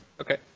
Okay